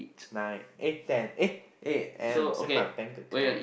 nine eh ten eh eight and same my bank account